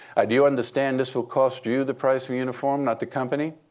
ah do you understand this will cost you the price of a uniform, not the company?